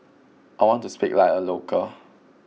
I want to speak like a local